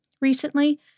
recently